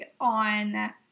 on